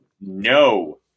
No